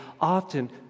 often